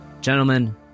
gentlemen